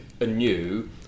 anew